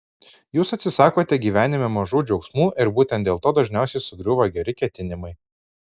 jūs atsisakote gyvenime mažų džiaugsmų ir būtent dėl to dažniausiai sugriūva geri ketinimai